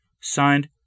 Signed